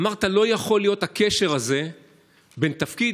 אמרת שלא יכול להיות הקשר הזה בין תפקיד